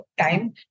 time